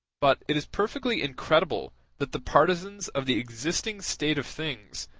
but it is perfectly incredible that the partisans of the existing state of things,